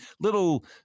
little